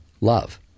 love